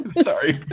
Sorry